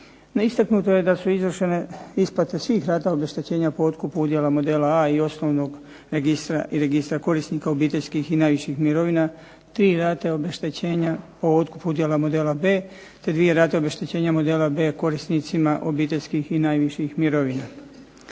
istaknuto je da su izvršene isplate svih rata obeštećenja po otkupu udjela modela A i osnovnog registra i registra korisnika obiteljskih i najviših mirovina, tri rate obeštećenja o otkupu dijela modela B, te dvije rate obeštećenja modela B korisnicima obiteljskih i najviših mirovina.